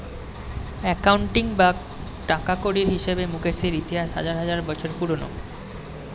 accounting বা টাকাকড়ির হিসেবে মুকেশের ইতিহাস হাজার হাজার বছর পুরোনো